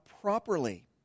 properly